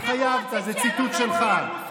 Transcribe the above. התחייבת, זה ציטוט שלך.